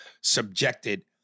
subjected